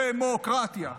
ד-מו-קר-טיה.